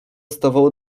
stawało